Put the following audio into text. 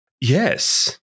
Yes